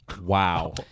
Wow